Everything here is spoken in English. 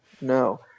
No